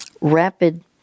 rapid